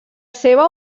seva